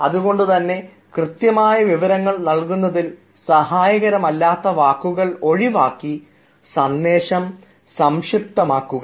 അതുകൊണ്ടുതന്നെ കൃത്യമായ വിവരങ്ങൾ നൽകുന്നതിൽ സഹായകരം അല്ലാത്ത വാക്കുകൾ ഒഴിവാക്കി സന്ദേശം സംക്ഷിപ്തമാക്കുക